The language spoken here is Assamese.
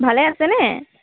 ভালে আছেনে